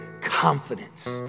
confidence